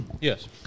Yes